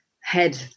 head